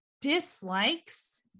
dislikes